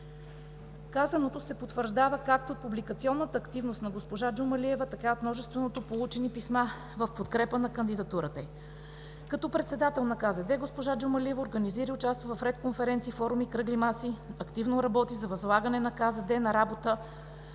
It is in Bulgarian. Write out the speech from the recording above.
Казаното се потвърждава както от публикационната активност на госпожа Джумалиева, така и от множеството получени писма в подкрепа на кандидатурата й. Като председател на КЗД госпожа Джумалиева организира и участва в ред конференции, форуми и кръгли маси, активно работи за възлагане на КЗД на работа